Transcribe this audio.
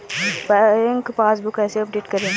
Bank passbook कैसे update करें?